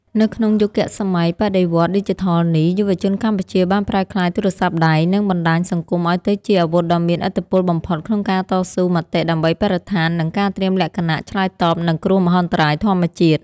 នៅក្នុងយុគសម័យបដិវត្តន៍ឌីជីថលនេះ យុវជនកម្ពុជាបានប្រែក្លាយទូរស័ព្ទដៃ និងបណ្ដាញសង្គមឱ្យទៅជាអាវុធដ៏មានឥទ្ធិពលបំផុតក្នុងការតស៊ូមតិដើម្បីបរិស្ថាន និងការត្រៀមលក្ខណៈឆ្លើយតបនឹងគ្រោះមហន្តរាយធម្មជាតិ។